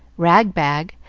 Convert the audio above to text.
ragbag,